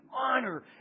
honor